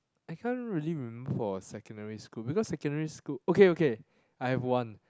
I can't really remember for secondary school because secondary school okay okay I have one